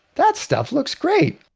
that stuff looks great.